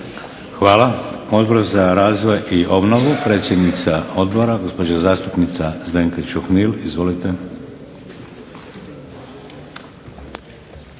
Hvala. Odbor za razvoj i obnovu, predsjednica Odbora gospođa zastupnica Zdenka Čuhnil. Izvolite.